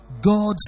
God's